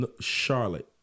Charlotte